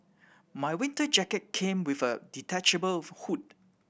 my winter jacket came with a detachable hood